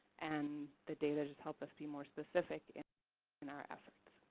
and the data just help us be more specific in in our efforts.